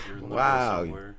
Wow